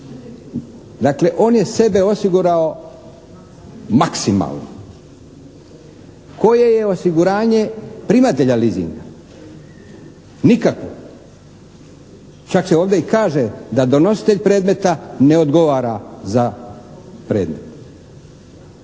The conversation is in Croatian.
dakle on je sebe osigurao maksimalno. Koje je osiguranje primatelja leasinga? Nikakvo. Čak se ovdje i kaže da donositelj predmeta ne odgovara za predmet.